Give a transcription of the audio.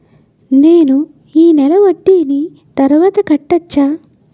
నేను ఈ నెల వడ్డీని తర్వాత కట్టచా?